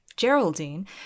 Geraldine